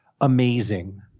amazing